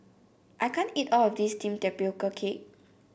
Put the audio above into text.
i can't eat all of this steamed Tapioca Cake